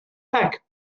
peck